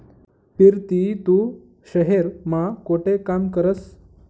पिरती तू शहेर मा कोठे काम करस?